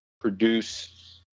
produce